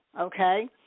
okay